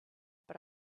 but